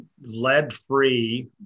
lead-free